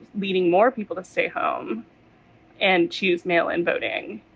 leading more people to stay home and choose mail in voting?